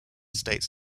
states